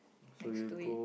next to it